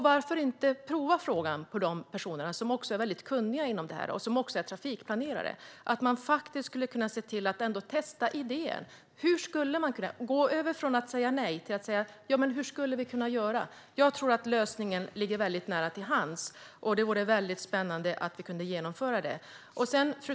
Varför inte prova frågan på de här personerna, som är kunniga inom detta och som också är trafikplanerare? Man skulle kunna se till att testa idén och säga: Hur skulle man kunna göra? Man borde gå över från att säga nej till att fråga sig hur vi skulle kunna göra. Jag tror att lösningen ligger nära till hands, och det vore spännande om vi kunde genomföra detta. Fru talman!